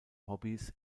hobbys